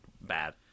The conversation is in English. bad